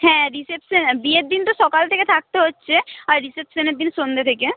হ্যাঁ রিসেপশা বিয়ের দিন তো সকাল থেকে থাকতে হচ্ছে আর রিসেপশানের দিন সন্ধে থেকে